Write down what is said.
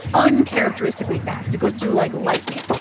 uncharacteristically fast. it goes through like lightning.